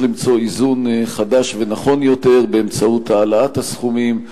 למצוא איזון חדש ונכון יותר באמצעות העלאת הסכומים,